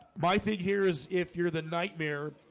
my thing here is if you're the nightmare,